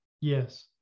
Yes